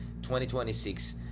2026